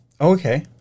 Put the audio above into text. Okay